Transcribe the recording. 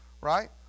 right